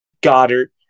Goddard